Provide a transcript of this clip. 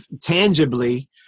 tangibly